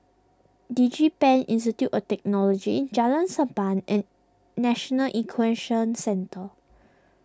DigiPen Institute of Technology Jalan Sappan and National Equestrian Centre